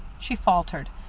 she faltered,